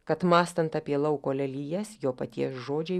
kad mąstant apie lauko lelijas jo paties žodžiai